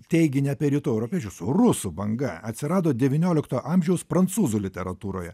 teiginį apie rytų europiečius rusų banga atsirado devyniolikto amžiaus prancūzų literatūroje